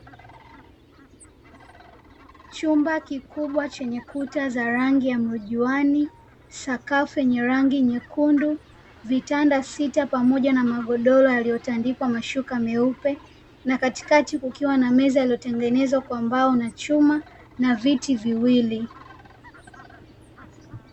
Chumba kikubwa chenye kuta za rangi ya mrujuani, sakafu yenye rangi nyekundu, vitanda sita pamoja na magodoro yaliyotandikwa mashuka meupe na katikati kukiwa na meza iliyotengenezwa kwa mbao na chuma, na viti viwili.